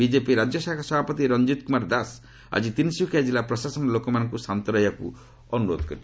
BJP ରାଜ୍ୟଶାଖା ସଭାପତି ରଂକିତ କୁମାର ଦାସ ଆଜି ତିନ୍ସୁକିଆ ଜିଲ୍ଲା ପ୍ରଶାସନ ଲୋକମାନଙ୍କୁ ଶାନ୍ତ ରହିବାକୁ ଅନୁରୋଧ କରିଛି